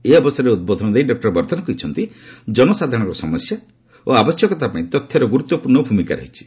ଏହି ଅବସରରେ ଉଦ୍ବୋଧନ ଦେଇ ଡକ୍ଟର ବର୍ଦ୍ଧନ କହିଛନ୍ତି ଜନସାଧାରଣଙ୍କ ସମସ୍ୟା ଓ ଆବଶ୍ୟକତା ପାଇଁ ତଥ୍ୟର ଗୁରୁତ୍ୱପୂର୍ଣ୍ଣ ଭୂମିକା ରହିଛି